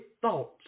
thoughts